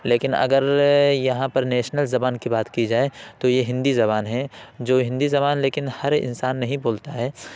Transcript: لیکن اگر یہاں پر نیشنل زبان کی بات کی جائے تو یہ ہندی زبان ہے جو ہندی زبان لیکن ہر انسان نہیں بولتا ہے